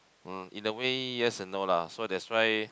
mm in a way yes and no lah so that's why